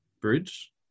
bridge